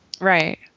Right